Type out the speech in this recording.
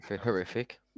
Horrific